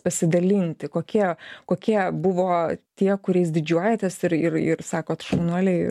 pasidalinti kokie kokie buvo tie kuriais didžiuojatės ir ir ir sakot šaunuoliai